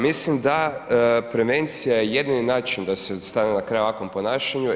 Mislim da prevencija je jedini način da se stane na kraj ovakvom ponašanju.